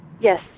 yes